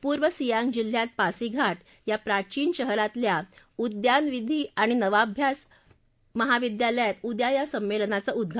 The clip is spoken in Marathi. पूर्व सियांग जिल्ह्यात पासीघा या प्राचीन शहरातल्या उद्यानविधी आणि वनाभ्यास महाविद्यालयात उद्या या संमेलनाचं उद्वा